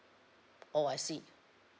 oh I see